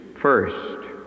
First